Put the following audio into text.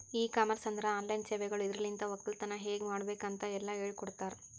E commerce ಅಂದುರ್ online ಸೇವೆಗೊಳ್ ಇದುರಲಿಂತ್ ಒಕ್ಕಲತನ ಹೇಗ್ ಮಾಡ್ಬೇಕ್ ಅಂತ್ ಎಲ್ಲಾ ಹೇಳಕೊಡ್ತಾರ್